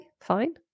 fine